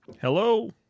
Hello